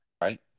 right